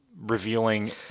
revealing